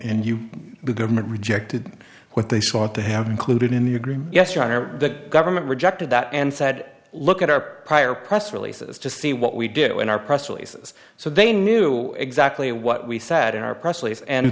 you the government rejected what they sought to have included in the agreement yes your honor the government rejected that and said look at our prior press releases to see what we did in our press release so they knew exactly what we said in our